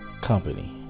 company